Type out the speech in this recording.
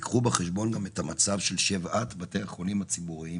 ייקחו בחשבון גם את המצב של שבעת בתי החולים הציבוריים